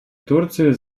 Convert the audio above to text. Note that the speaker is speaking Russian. турции